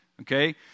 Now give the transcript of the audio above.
Okay